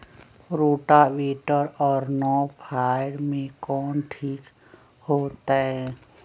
Rotavator और नौ फ़ार में कौन ठीक होतै?